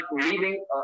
leaving